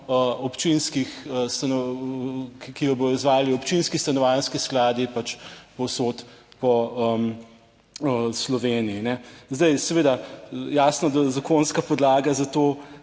občinski stanovanjski skladi povsod po Sloveniji. Zdaj seveda jasno, da zakonska podlaga za to